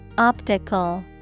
Optical